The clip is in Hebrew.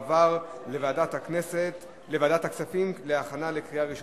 לדיון מוקדם בוועדת הכספים נתקבלה.